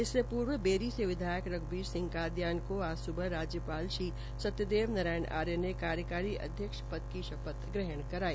इससे पूर्व बेरी से विधायक रघुबीर सिंह कादयान को आज सुबह राजयपाल सत्य देव नारायण आर्य ने कार्यकारी अध्यक्ष पद की शपथ गहण कराई